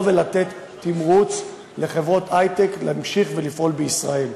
ולתת תמרוץ לחברות היי-טק להמשיך ולפעול בישראל.